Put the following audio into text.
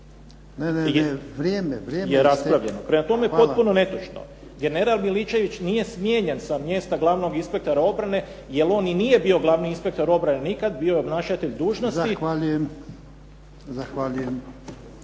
je isteklo. Hvala./… … je raspravljeno. Prema tome, potpuno netočno. General Miličević nije smijenjen sa mjesta glavnog inspektora obrane, jer on ni nije bio glavni inspektor obrane nikada, bio je obnašatelj dužnosti. **Jarnjak, Ivan